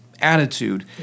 attitude